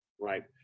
Right